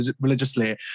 religiously